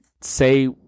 say